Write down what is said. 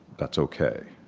that's okay,